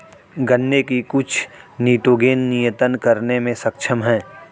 गन्ने की कुछ निटोगेन नियतन करने में सक्षम है